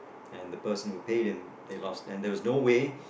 and the person who paid him they lost and there was no way